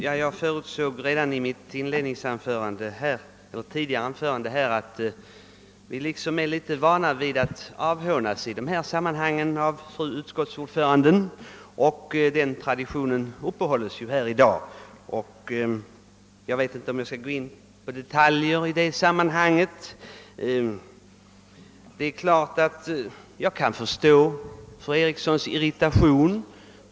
Herr talman! Som jag sade redan i mitt förra anförande är vi ganska vana vid att bli avhånade av utskottets ordförande fru Eriksson i Stockholm, när det gäller sådana frågor som vi nu diskuterar, och den traditionen har ju också upprätthållits i dag. Jag behöver kanske inte här ingå på några detaljer. Jag kan emellertid förstå fru Erikssons irritation.